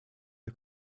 der